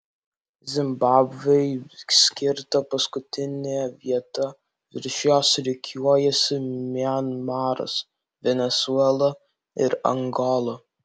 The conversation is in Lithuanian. zimbabvei skirta paskutinė vieta virš jos rikiuojasi mianmaras venesuela ir angola